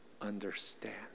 understand